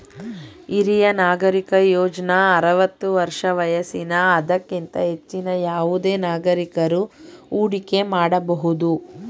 ಹಿರಿಯ ನಾಗರಿಕ ಯೋಜ್ನ ಆರವತ್ತು ವರ್ಷ ವಯಸ್ಸಿನ ಅದಕ್ಕಿಂತ ಹೆಚ್ಚಿನ ಯಾವುದೆ ನಾಗರಿಕಕರು ಹೂಡಿಕೆ ಮಾಡಬಹುದು